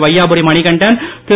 Vaiyapuri Manikandan Thiru